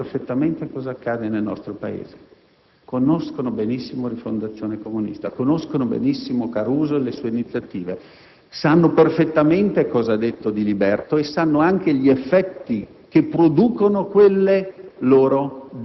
i terroristi internazionali sanno perfettamente cosa accade nel nostro Paese, conoscono benissimo Rifondazione Comunista, Caruso e le sue iniziative, sanno perfettamente cosa ha detto Diliberto e sanno anche gli effetti che